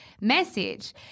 message